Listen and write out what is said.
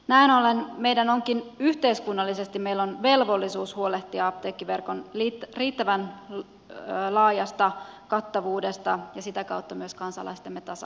näin ollen meillä on yhteiskunnallisesti velvollisuus huolehtia apteekkiverkon riittävän laajasta kattavuudesta ja sitä kautta myös kansalaistemme tasa arvoisuudesta